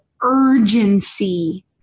urgency